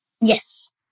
Yes